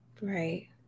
Right